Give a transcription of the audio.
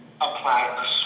apply